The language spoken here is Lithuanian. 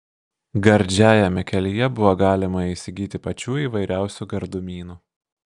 gardžiajame kelyje buvo galima įsigyti pačių įvairiausių gardumynų